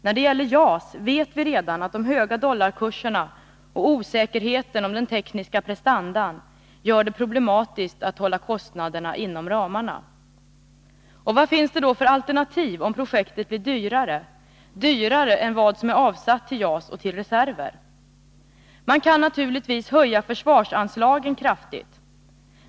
När det gäller JAS vet vi redan att de höga dollarkurserna och osäkerheten om den tekniska prestandan gör det problematiskt att hålla kostnadsramarna. Vad finns det då för alternativ om projektet blir dyrare än vad som är avsatt till JAS och reserver? Man kan naturligtvis höja försvarsanslagen kraftigt.